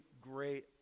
great